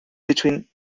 between